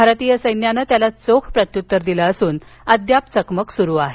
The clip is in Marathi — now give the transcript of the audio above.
भारतीय सैन्यानं त्याला चोख प्रत्युत्तर दिलं असून अद्याप चकमक सुरु आहे